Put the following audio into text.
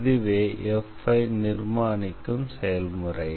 இதுவே f ஐ நிர்மாணிக்கும் செயல்முறை